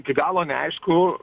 iki galo neaišku